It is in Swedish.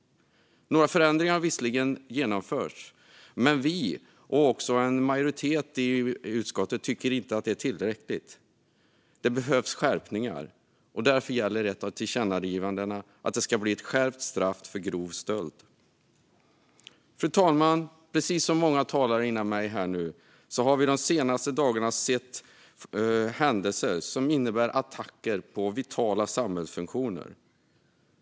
Några förändringar har visserligen genomförts, men vi och en majoritet i utskottet tycker inte att det är tillräckligt. Det behövs skärpningar, och därför handlar ett av tillkännagivandena om skärpt straff för grov stöld. Fru talman! Precis som många talare före mig har konstaterat har vi de senaste dagarna sett händelser som utgör attacker på vitala samhällsfunktioner.